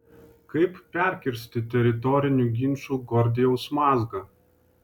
kaip perkirsti teritorinių ginčų gordijaus mazgą